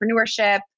entrepreneurship